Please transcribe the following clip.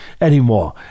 anymore